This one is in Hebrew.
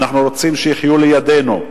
שאנחנו רוצים שיחיו לידנו,